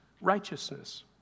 righteousness